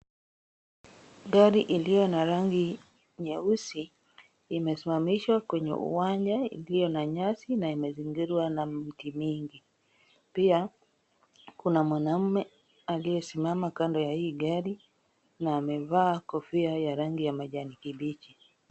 Gari iliyo na rangi nyeusi imesimamishwa kwenye uwanja , iliyo na nyasi na imezingirwa na miti mingi. Pia, kuna mwanaume aliyesimama kando ya hii gari na amevaa kofia ya rangi ya majani kibichi.